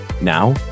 now